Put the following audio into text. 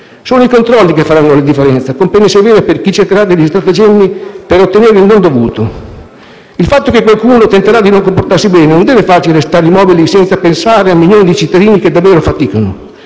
Sono i controlli che faranno la differenza, con pene severe per chi cercherà degli stratagemmi per ottenere il non dovuto. Il fatto che qualcuno tenterà di non comportarsi bene non deve farci restare immobili senza pensare a milioni di cittadini che davvero faticano.